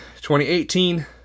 2018